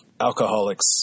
alcoholics